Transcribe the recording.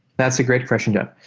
that's a great question, jeff.